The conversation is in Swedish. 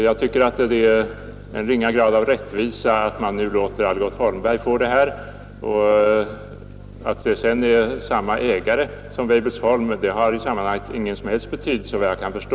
Jag tycker att man uppfyller ett rimligt krav på rättvisa om man låter Algot Holmberg och Söner AB få detta tillskott; att företaget sedan har samma ägare som Weibullsholm har ingen som helst betydelse i sammanhanget, såvitt jag kan förstå.